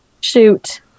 shoot